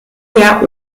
der